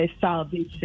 salvation